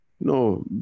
No